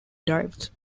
drives